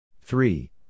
Three